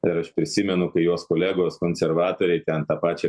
ir aš prisimenu kai jos kolegos konservatoriai ten tą pačią